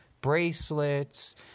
bracelets